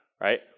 right